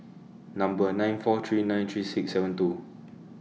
Number nine four three nine three six seven two